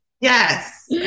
Yes